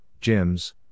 gyms